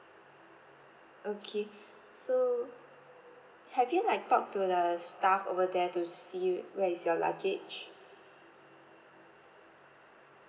okay so have you like talk to the staff over there to see where is your luggage